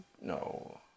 No